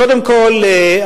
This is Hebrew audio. קודם כול,